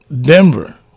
Denver